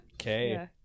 Okay